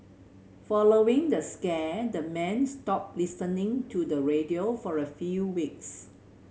following the scare the men stopped listening to the radio for a few weeks